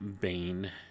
Bane